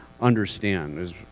understand